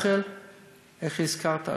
איך הזכרת?